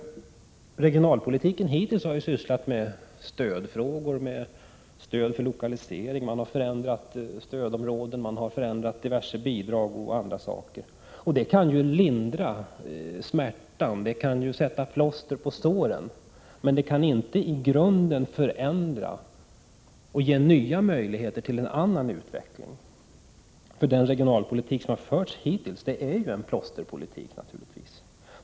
Regionalpolitiken har hittills sysslat med stödfrågor, med stöd till lokalisering, förändringar av stödområden, förändringar av diverse bidrag och annat. Det kan lindra smärtan och sätta plåster på såren, men det kan inte i grunden förändra och ge nya möjligheter till en annan utveckling. Den regionalpolitik som hittills har förts är ju en plåsterpolitik.